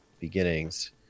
beginnings